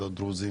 ולא רק דרוזים,